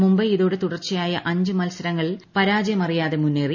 മുംബൈ ഇതോടെ തുടർച്ചയായ അഞ്ച് മത്സരങ്ങളിൽ പരാജയമറിയാതെ മുന്നേറി